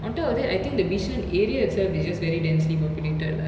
on top of that I think the bishan area itself is just very densely populated